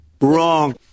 Wrong